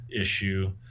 issue